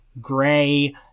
gray